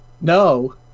no